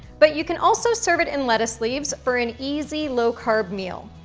but you can also serve it in lettuce leaves for an easy low-carb meal.